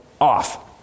off